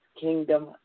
Kingdom